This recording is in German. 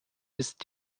ist